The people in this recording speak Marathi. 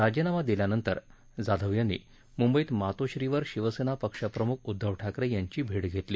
राजीनामा दिल्यानंतर जाधव यांनी मुंबईत मातोश्रीवर शिवसेना पक्षप्रमुख उद्धव ठाकरे यांची भेट घेतली